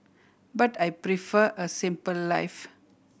but I prefer a simple life